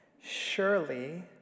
surely